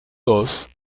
dos